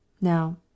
Now